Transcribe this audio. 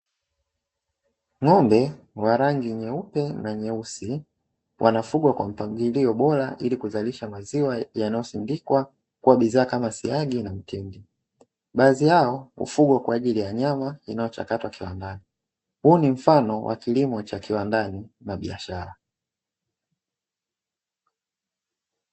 Ng'ombe wa rangi nyeupe na nyeusi wanafugwa kwa mpangilio bora, ili kuzalisha maziwa yanayosindikwa kuwa bidhaa kama siagi na mtindi. Baadhi yao hufugwa kwa ajili ya nyama inayochakatwa kiwandani. Huu ni mfano wa kilimo cha kiwandani na biashara.